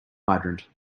hydrant